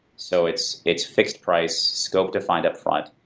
so it's it's fixed price, scope-defined upfront.